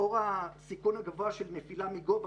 לאור הסיכון הגבוה של נפילה מגובה,